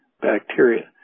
bacteria